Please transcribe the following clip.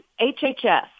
HHS